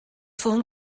phone